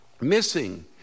missing